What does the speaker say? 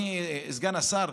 אדוני סגן השר,